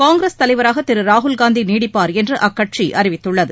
காங்கிரஸ் தலைவராக திரு ராகுல்காந்தி நீடிப்பார் என்று அக்கட்சி அறிவித்துள்ளது